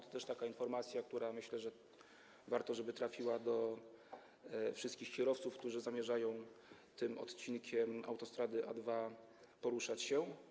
To też taka informacja, która, myślę, warto, żeby trafiła do wszystkich kierowców, którzy zamierzają tym odcinkiem autostrady A2 poruszać się.